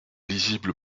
lisible